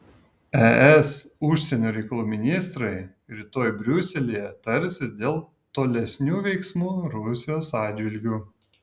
es užsienio reikalų ministrai rytoj briuselyje tarsis dėl tolesnių veiksmų rusijos atžvilgiu